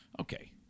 Okay